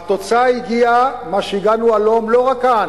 והתוצאה הגיעה, למה שהגענו עד הלום, לא רק כאן,